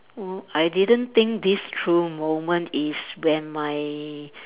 wo~ I didn't think this through moment is when my